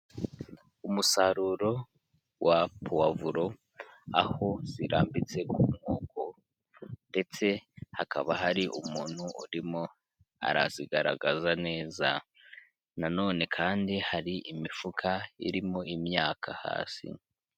Umusaruro wa puwavuro aho zirambitse ku nkoko ndetse hakaba hari umuntu urimo arazigaragaza neza na none kandi hari imifuka irimo imyaka hasi.